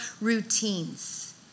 routines